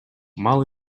мал